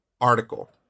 article